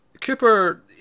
Cooper